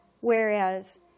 Whereas